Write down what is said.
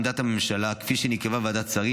עמדת הממשלה כפי שנקבעה בוועדת שרים